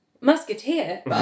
musketeer